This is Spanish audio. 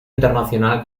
internacional